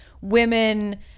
women –